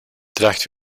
draagt